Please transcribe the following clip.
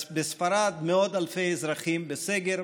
בספרד מאות אלפי אזרחים בסגר.